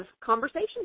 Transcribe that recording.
conversation